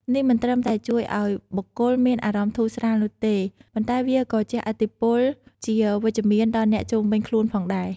នេះមិនត្រឹមតែជួយឱ្យបុគ្គលមានអារម្មណ៍ធូរស្រាលនោះទេ ប៉ុន្តែវាក៏ជះឥទ្ធិពលជាវិជ្ជមានដល់អ្នកជុំវិញខ្លួនផងដែរ។